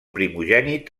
primogènit